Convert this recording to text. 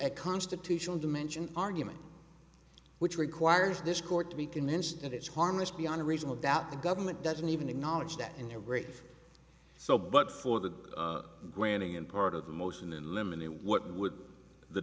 a constitutional dimension argument which requires this court to be convinced that it's harmless beyond a reasonable doubt the government doesn't even acknowledge that in the race so but for the granting in part of the motion and limit it what would the